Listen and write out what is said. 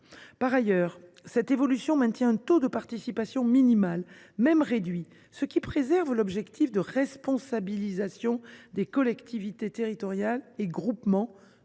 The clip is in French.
Par ailleurs, le texte maintient un taux de participation minimale, même réduit, ce qui préserve l’objectif de responsabilisation des collectivités territoriales et groupements